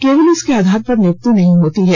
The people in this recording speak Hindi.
केवल इसके आधार पर नियुक्ति नहीं होती है